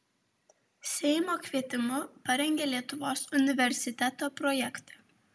seimo kvietimu parengė lietuvos universiteto projektą